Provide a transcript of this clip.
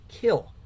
kill